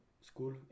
school